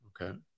Okay